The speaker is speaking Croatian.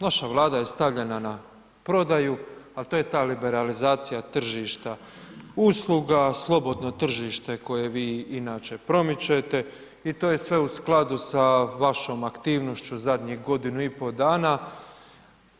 Naša Vlada je stavljena na prodaju, ali to je ta liberalizacija tržišta usluga, slobodno tržište koje vi inače promičete i to je sve u skladu sa vašom aktivnošću zadnjih godinu i pol dana,